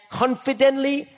confidently